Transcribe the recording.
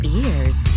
ears